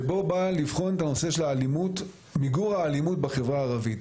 שבא לבחון את נושא מיגור האלימות בחברה הערבית.